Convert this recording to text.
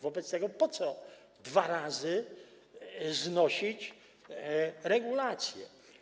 Wobec tego po co dwa razy znosić tę regulację?